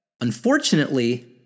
Unfortunately